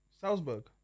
Salzburg